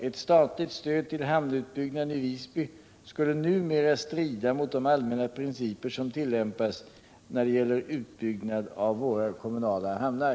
Ett statligt stöd till hamnutbyggnad i Visby skulle numera strida mot de allmänna principer som tillämpas när det gäller utbyggnad av våra kommunala hamnar.